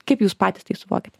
kaip jūs patys tai suvokiat